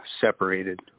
separated